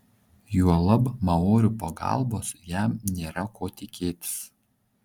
juolab maorių pagalbos jam nėra ko tikėtis